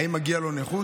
האם מגיעה לו קצבת נכות?